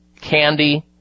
candy